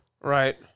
right